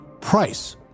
Price